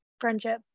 friendship